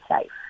safe